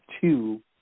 two